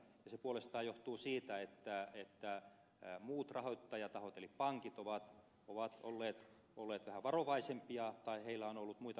se puolestaan johtuu siitä että muut rahoittajatahot eli pankit ovat olleet vähän varovaisempia tai niillä on ollut muita rahoituskohteita